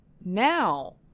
now